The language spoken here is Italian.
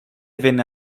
venne